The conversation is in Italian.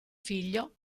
figlio